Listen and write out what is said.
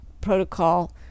protocol